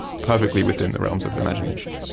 perfectly within the realms of imagination.